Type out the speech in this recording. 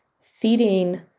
feeding